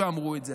אמרו את זה.